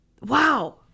wow